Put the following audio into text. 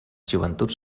joventuts